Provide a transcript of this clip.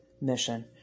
mission